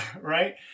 Right